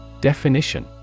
Definition